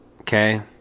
Okay